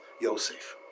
Yosef